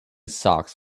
socks